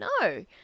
no